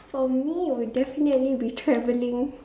for me it would definitely be travelling